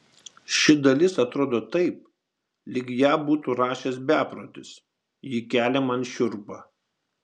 ši dalis atrodo taip lyg ją būtų rašęs beprotis ji kelia man šiurpą